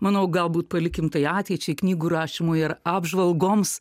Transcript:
manau galbūt palikim tai ateičiai knygų rašymui ar apžvalgoms